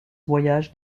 voyages